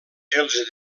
els